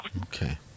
Okay